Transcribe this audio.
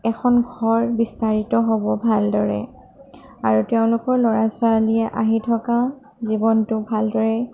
এখন ঘৰ বিস্তাৰিত হ'ব ভালদৰে আৰু তেওঁলোকৰ ল'ৰা ছোৱালীয়ে আহি থকা জীৱনটো ভালদৰে